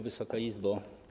Wysoka Izbo!